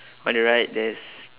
on the right there is